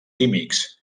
químics